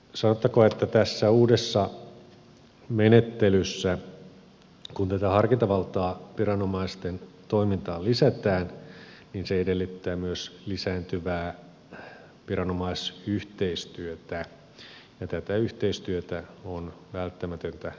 sanottakoon että tässä uudessa menettelyssä kun tätä harkintavaltaa viranomaisten toimintaan lisätään se edellyttää myös lisääntyvää viranomaisyhteistyötä ja tätä yhteistyötä on välttämätöntä edelleen kehittää